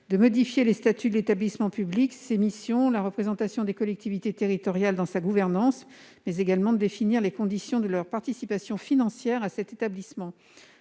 modifier les statuts de l'établissement public, ses missions, la représentation des collectivités territoriales dans sa gouvernance, mais également définir les conditions de leur participation financière à cet établissement.